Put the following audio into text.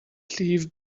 llif